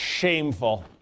Shameful